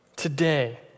Today